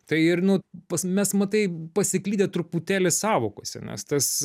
tai ir nu pas mes matai pasiklydę truputėlį sąvokose nes tas